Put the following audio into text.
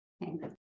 Thanks